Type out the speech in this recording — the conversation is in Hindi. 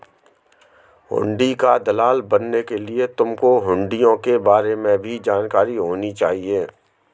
हुंडी का दलाल बनने के लिए तुमको हुँड़ियों के बारे में भी जानकारी होनी चाहिए